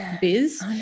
biz